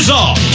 off